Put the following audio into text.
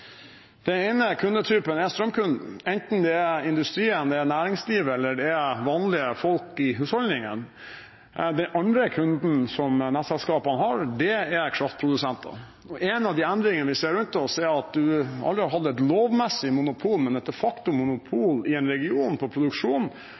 Den ene kundetypen er strømkunden, enten det er i industrien, i næringslivet eller det er vanlige folk i husholdninger. Den andre kundetypen som nettselskapene har, er kraftprodusentene. En av de endringene vi ser rundt oss, er at mens man aldri har hatt et lovmessig monopol, men et